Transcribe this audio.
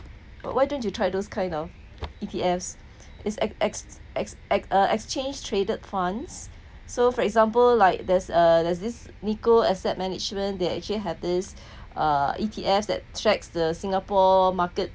but why don't you try those kind of E_T_F is ex~ uh exchange traded funds so for example like there's a there's this nikko asset management they actually have this uh E_T_F that tracks the singapore market